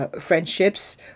friendships